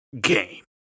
game